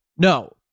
No